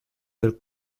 del